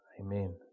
Amen